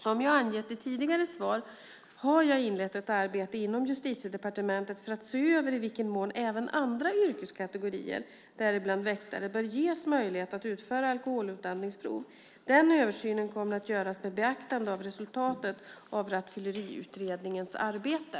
Som jag angett i tidigare svar har jag inlett ett arbete inom Justitiedepartementet för att se över i vilken mån även andra yrkeskategorier, däribland väktare, bör ges möjlighet att utföra alkoholutandningsprov. Den översynen kommer att göras med beaktande av resultatet av Rattfylleriutredningens arbete.